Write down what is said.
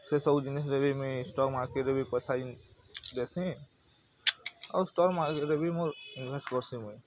ସେ ସବୁ ଜିନିଷ୍ ରେ ବି ମୁଇଁ ଷ୍ଟକ୍ ମାର୍କେଟ୍ରେ ବି ପଇସା ଇନ୍ ଦେଶୀ ଆଉ ଷ୍ଟକ୍ ମାର୍କେଟ୍ରେ ବି ମୋର୍ ଇନଭେଷ୍ଟ୍ କରସି ମୁଇଁ